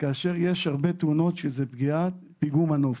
כאשר יש הרבה תאונות שהן פגיעה של פיגום-מנוף.